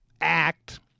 act